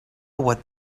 what